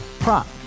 Prop